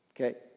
Okay